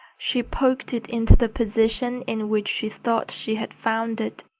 she poked it into the position in which she thought she had found it,